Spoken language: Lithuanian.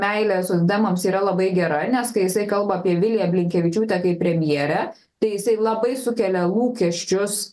meilė sodemams yra labai gera nes kai jisai kalba apie viliją blinkevičiūtę kaip premjerę tai jisai labai sukelia lūkesčius